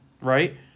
Right